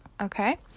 okay